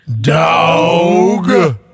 dog